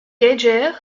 geiger